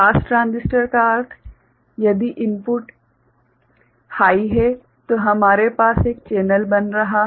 पास transistor का अर्थ यदि इनपुट हाइ है तो हमारे पास एक चैनल बन रहा है